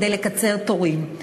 כדי לקצר תורים.